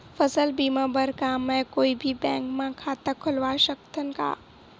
फसल बीमा बर का मैं कोई भी बैंक म खाता खोलवा सकथन का?